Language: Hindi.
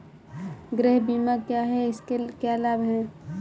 गृह बीमा क्या है इसके क्या लाभ हैं?